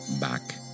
back